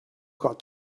got